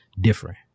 different